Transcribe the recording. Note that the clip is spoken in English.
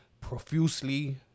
profusely